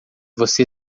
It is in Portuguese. você